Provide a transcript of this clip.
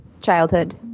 childhood